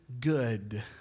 good